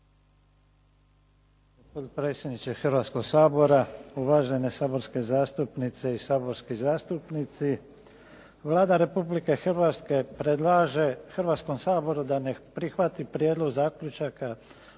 Hrvatskoga sabora, uvažene saborske zastupnice i saborski zastupnici. Vlada Republike Hrvatske predlaže Hrvatskom da ne prihvati prijedlog zaključaka o